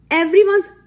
everyone's